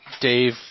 Dave